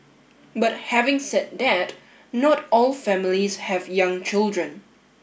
but having said that not all families have young children